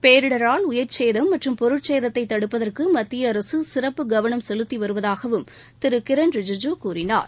பேரிடரால் உயிர்ச்சேதம் மற்றும் பொருட்சேத்தை தடுப்பதற்கு மத்திய அரசு சிறப்பு கவனம் செலுத்தி வருவதாகவும் திரு கிரண் ரிஜிஜு கூறினார்